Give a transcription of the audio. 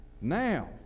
Now